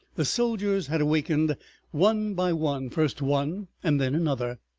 the soldiers had awakened one by one, first one and then another.